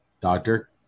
Doctor